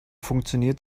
funktioniert